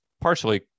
partially